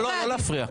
לא להפריע.